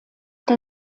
der